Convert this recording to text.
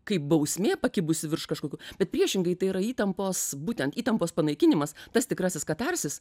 kaip bausmė pakibusi virš kažkokių bet priešingai tai yra įtampos būtent įtampos panaikinimas tas tikrasis katarskis